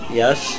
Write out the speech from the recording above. yes